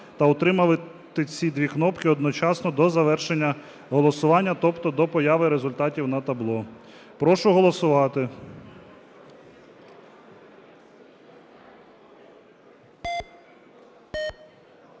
та утримувати ці дві кнопки одночасно до завершення голосування, тобто до появи результатів на табло. Прошу голосувати.